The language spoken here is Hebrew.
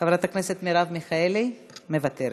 חברת הכנסת מרב מיכאלי, מוותרת.